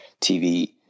TV